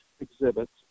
exhibits